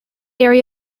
area